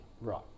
Right